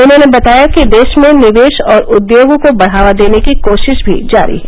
उन्होंने बताया कि देश में निवेश और उद्योग को बढ़ावा देने की कोशिश भी जारी है